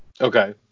Okay